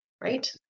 right